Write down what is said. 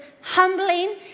humbling